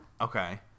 Okay